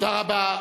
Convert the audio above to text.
תודה רבה.